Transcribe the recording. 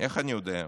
איך אני יודע?